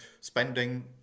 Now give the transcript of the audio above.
spending